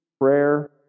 prayer